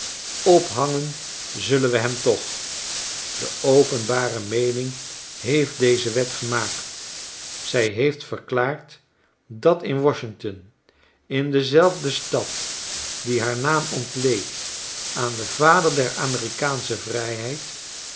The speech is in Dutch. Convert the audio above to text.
ophangen zullen we hem toch de openbare meening heeft deze wet genaakt zij heeft verklaard dat in w a s h i n g t o n in dezelfde stad die haar naam ontleent aan den vader der amerikaansche vrijheid